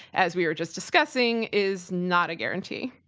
as we were just discussing, is not a guarantee.